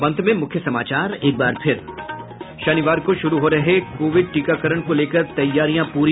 और अब अंत में मुख्य समाचार एक बार फिर शनिवार को शुरू हो रहे कोविड टीकाकरण को लेकर तैयारियां पूरी